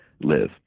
live